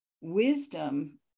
wisdom